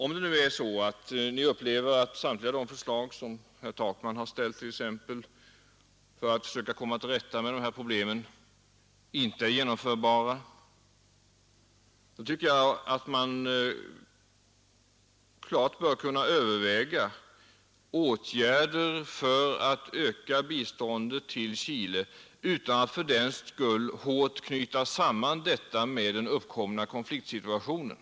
Om utrikesministern upplever att samtliga de förslag som herr Takman ställt för att försöka komma till rätta med dessa problem inte är genomförbara, tycker jag att vi klart bör kunna överväga åtgärder för att öka biståndet till Chile utan att fördenskull hårt knyta samman detta med den uppkomna konfliktsituationen.